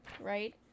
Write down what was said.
right